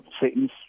Satan's